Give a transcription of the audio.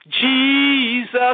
Jesus